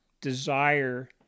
desire